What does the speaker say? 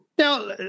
Now